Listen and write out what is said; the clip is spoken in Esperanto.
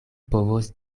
povos